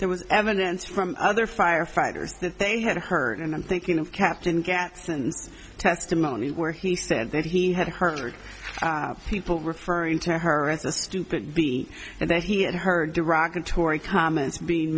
there was evidence from other firefighters that they had heard and i'm thinking of captain gets and testimony where he said that he had heard people referring to her as a stupid b and that he had heard derogatory comments being